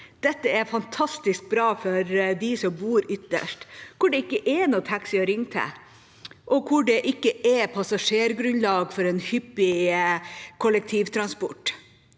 Dette er fantastisk bra for dem som bor ytterst, hvor det ikke er noen taxi å ringe til, og hvor det ikke er et passasjergrunnlag for en hyppig kollektivtransport.